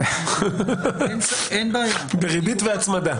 אין בעיה -- בריבית והצמדה...